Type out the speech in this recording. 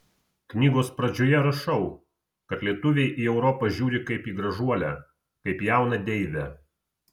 knygos pradžioje rašau kad lietuviai į europą žiūri kaip į gražuolę kaip jauną deivę